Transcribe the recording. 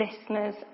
listeners